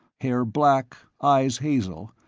hair black, eyes hazel,